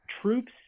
troops